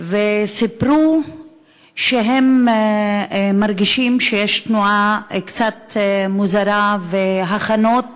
וסיפרו שהם מרגישים שיש תנועה קצת מוזרה והכנות